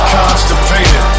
Constipated